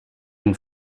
une